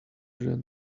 than